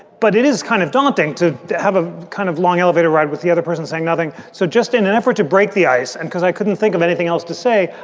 but it is kind of daunting to have a kind of long elevator ride with the other person saying nothing. so just in an effort to break the ice and because i couldn't think of anything else to say.